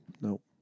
Nope